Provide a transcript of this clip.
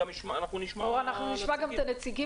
אנחנו נשמע -- אנחנו נשמע גם את הנציגים